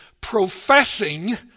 professing